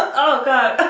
oh god!